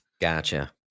Gotcha